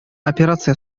операция